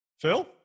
Phil